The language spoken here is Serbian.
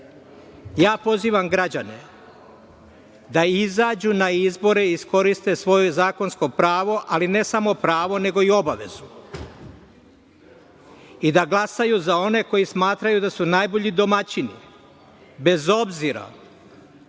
izbora. Pozivam građane da izađu na izbore i iskoriste svoje zakonsko pravo, ali ne samo pravo nego i obavezu, i da glasaju za one za koje smatraju da su najbolji domaćini, bez obzira